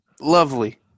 Lovely